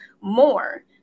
more